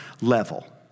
level